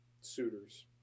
suitors